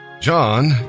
John